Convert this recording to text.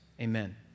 amen